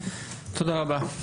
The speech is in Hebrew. תודה רבה.